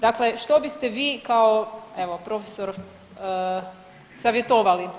Dakle, što biste vi kao evo profesor savjetovali?